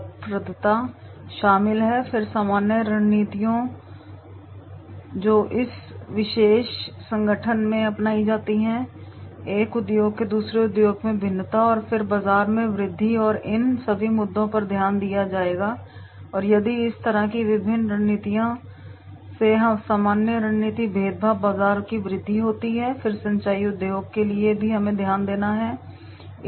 उदाहरणों में उद्योग समेकन उद्योगों की लाभप्रदता शामिल हैं फिर सामान्य रणनीतियाँ जो इस विशेष संगठन में अपनाई जाती हैं एक उद्योग से दूसरे उद्योग में भिन्नता और फिर बाजार में वृद्धि और इन सभी मुद्दों पर ध्यान दिया जाएगा और फिर यदि इस तरह की विभिन्न रणनीतियों में सामान्य रणनीति भेदभाव बाजार की वृद्धि होती है फिर सिंचाई उद्योग के लिए भी हमें ध्यान देना होगा